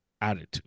attitude